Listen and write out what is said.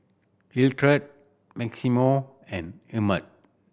Hilliard Maximo and Emett